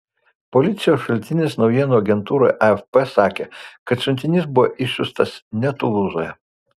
policijos šaltinis naujienų agentūrai afp sakė kad siuntinys buvo išsiųstas ne tulūzoje